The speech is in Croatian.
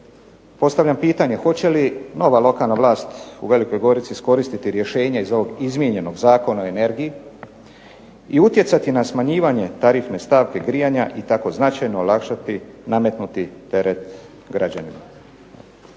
postavljam pitanje, hoće li nova lokalna vlast u Velikoj Gorici iskoristiti rješenje iz ovog izmijenjenog Zakona o energiji i utjecati na smanjivanje tarifne stavke grijanja i tako značajno olakšati nametnuti teret građanima?